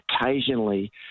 Occasionally